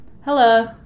Hello